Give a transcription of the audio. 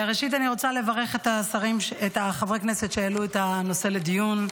ראשית אני רוצה לברך את חברי הכנסת שהעלו את הנושא לדיון,